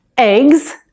Eggs